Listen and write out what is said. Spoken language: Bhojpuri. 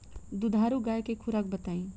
दुधारू गाय के खुराक बताई?